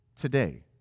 today